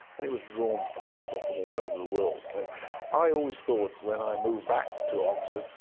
and it was drawn from people from all over the world. so i always thought when i moved back to oxford,